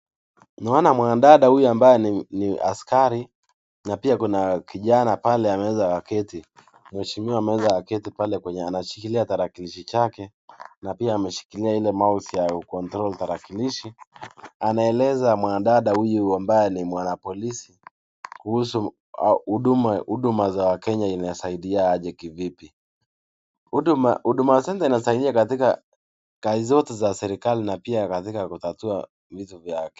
Naona mwanadada huyu ambaye ni askari na pia kuna kijana pale ameweza kuketi mheshimiwa mmoja akiketi pale penye anashikilia tarakilishi chake na pia ameshikilia ile (cs) mouse (cs) ya ku (cs) control (cs) tarakilishi anaeleza mwanadada huyu ambaye ni mwanapolosi kuhusu huduma za wakenya inasaidia aje kivipi ,huduma center inasaidia katika kazi zote za serikali na pia katika kutatua vitu vyake.